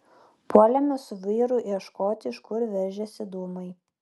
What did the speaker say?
puolėme su vyru ieškoti iš kur veržiasi dūmai